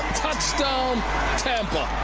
touchdown tampa.